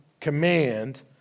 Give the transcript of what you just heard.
command